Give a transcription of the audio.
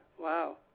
wow